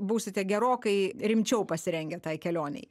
būsite gerokai rimčiau pasirengę tai kelionei